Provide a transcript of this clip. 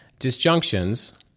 Disjunctions